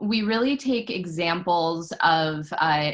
we really take examples of